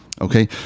Okay